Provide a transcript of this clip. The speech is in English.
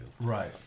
Right